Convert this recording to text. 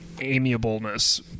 Amiableness